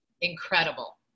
incredible